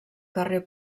carrer